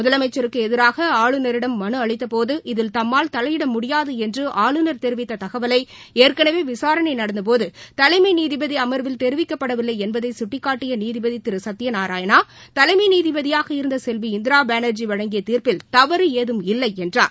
முதலமைச்சருக்கு எதிராக ஆளுநரிடம் மனு அளித்தபோது இதில் தம்மால் தலையிட முடியாது என்று ஆளுநர் தெரிவித்த தகவலை ஏற்கனவே விசாரணை நடந்தபோது தலைமை நீதிபதி அம்வில் தெரிவிக்கப்படவில்லை என்பதை கட்டிக்காட்டிய நீதிபதி திரு சத்ய நாராயணா தலைமை நீதிபதியாக இருந்த செல்வி இந்திரா பானர்ஜி வழங்கிய தீர்ப்பில் தவறு எதுவும் இல்லை என்றார்